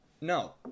No